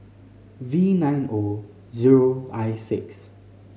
v nine O zero I six